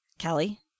Kelly